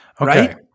right